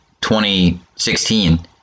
2016